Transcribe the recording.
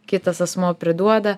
kitas asmuo priduoda